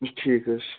ٹھیٖک حظ چھُ